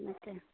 তেনেকৈ